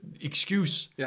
excuse